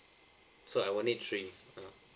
so I will need three uh